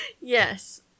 Yes